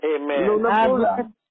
Amen